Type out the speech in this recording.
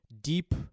Deep